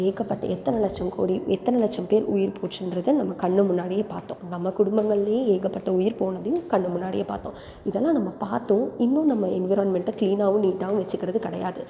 ஏகப்பட்ட எத்தனை லட்சம் கோடி எத்தனை லட்சம் பேர் உயிர் போச்சுன்றதை நம்ம கண் முன்னாடியே பார்த்தோம் நம்ம குடும்பங்கள்லேயே ஏகப்பட்ட உயிர் போனதையும் கண் முன்னாடியே பார்த்தோம் இதெல்லாம் நம்ம பார்த்தும் இன்னும் நம்ம என்விராயின்மெண்ட்டை க்ளீனாகவும் நீட்டாகவும் வெச்சுக்கறது கிடையாது